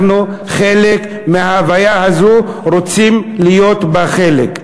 אנחנו חלק מההוויה הזאת, רוצים להיות בה חלק.